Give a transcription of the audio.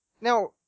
Now